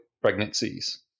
pregnancies